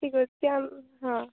ଠିକ୍ଅଛି ଆଉ ହଁ